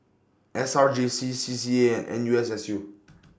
S R J C C C A and N U S S U